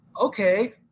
okay